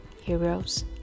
heroes